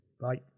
Bye